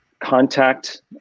contact